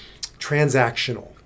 transactional